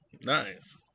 Nice